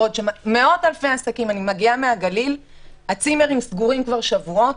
אני מגיעה מהגליל, הצימרים סגורים כבר שבועות,